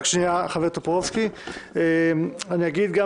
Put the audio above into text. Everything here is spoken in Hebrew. אני אגיד גם